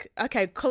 okay